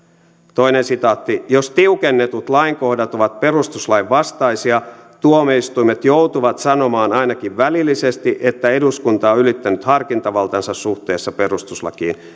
toinen sitaatti jos tiukennetut lainkohdat ovat perustuslain vastaisia tuomioistuimet joutuvat sanomaan ainakin välillisesti että eduskunta on ylittänyt harkintavaltansa suhteessa perustuslakiin